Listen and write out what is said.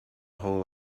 whole